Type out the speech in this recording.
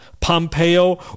Pompeo